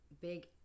big